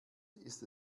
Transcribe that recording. ist